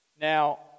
Now